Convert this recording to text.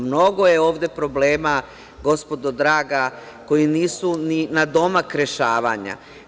Mnogo je ovde problema, gospodo draga, koji nisu ni na domak rešavanja.